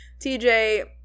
tj